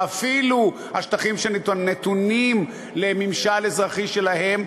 ואפילו השטחים שנתונים לממשל אזרחי שלהם,